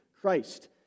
Christ